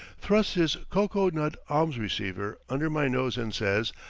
thrusts his cocoa-nut alms-receiver under my nose and says,